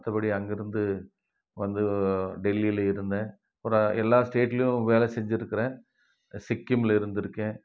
மற்றபடி அங்கிருந்து வந்து டெல்லியில் இருந்தேன் அப்புறம் எல்லா ஸ்டேட்லேயும் வேலை செஞ்சிருக்கிறேன் சிக்கிமில் இருந்திருக்கேன்